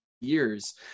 years